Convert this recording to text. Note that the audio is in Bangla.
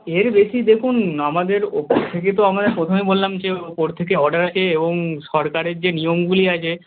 এর বেশি দেখুন আমাদের ওপর থেকে তো আমাদের প্রথমেই বললাম যে ওপর থেকে অর্ডার আছে এবং সরকারের যে নিয়মগুলি আছে